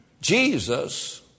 Jesus